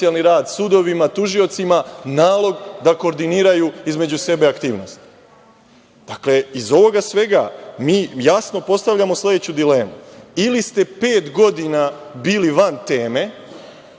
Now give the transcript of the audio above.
sudovima, tužiocima, nalog da kordiniraju između sebe aktivnost. Dakle, iz ovoga svega, mi jasno postavljamo sledeću dilemu. Ili ste pet godina bili van teme